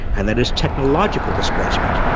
and that is technological displacement,